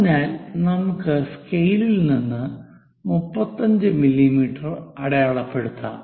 അതിനാൽ നമുക്ക് സ്കെയിലിൽ നിന്ന് 35 മില്ലീമീറ്റർ അടയാളപ്പെടുത്താം